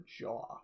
jaw